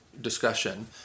discussion